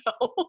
no